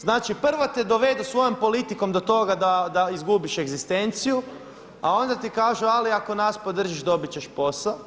Znači, prvo te dovedu svojom politikom do toga da izgubiš egzistenciju, a onda ti kažu ali ako nas podržiš dobit ćeš posao.